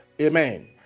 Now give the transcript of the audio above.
Amen